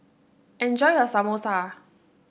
enjoy your Samosa